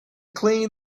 clean